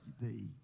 thee